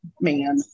man